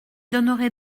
donnerai